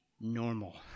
normal